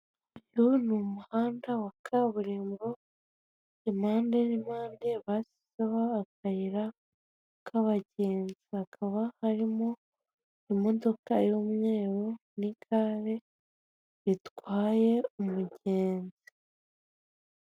Uyu ni umuhanda wa kaburimbo impande n'impande bashyizeho akayira k'abagenzi hakaba harimo imodoka y'umweru n'igare ritwaye umugenzi.